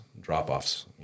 drop-offs